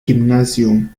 gymnasium